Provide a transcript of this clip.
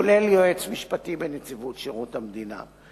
כולל יועץ משפטי בנציבות שירות המדינה,